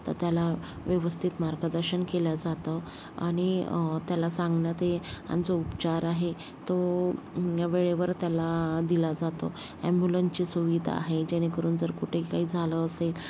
तर त्याला व्यवस्थित मार्गदर्शन केल्या जातं आणि त्याला सांगण्यात येतं आणि जो उपचार आहे तो वेळेवर त्याला दिला जातो ॲम्ब्युलनची सुविधा आहे जेणेकरून जर कुठं काहीे झालं असेल